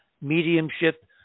mediumship